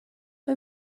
mae